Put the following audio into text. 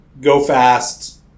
go-fast